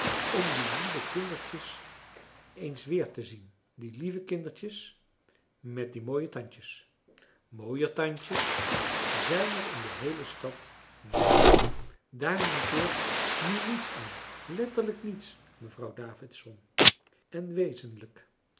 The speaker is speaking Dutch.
om die lieve kindertjes eens weer te zien die lieve kindertjes met die mooie tandjes mooier tandjes zijn er in de heele stad niet daar mankeert nu niets aan letterlijk niets mevrouw davidson en